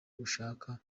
ushaka